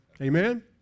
amen